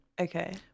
Okay